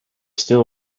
still